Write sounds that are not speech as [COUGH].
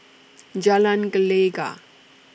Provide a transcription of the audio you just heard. [NOISE] Jalan Gelegar